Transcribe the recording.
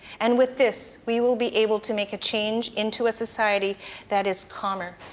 and with this, we will be able to make a change into a society that is calmer,